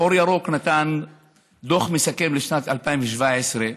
אור ירוק נתן דוח מסכם לשנת 2017,